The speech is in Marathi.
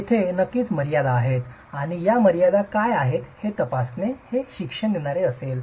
तेथे नक्कीच मर्यादा आहेत आणि या मर्यादा काय आहेत हे तपासणे हे शिक्षण देणारे असेल